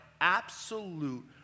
absolute